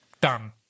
done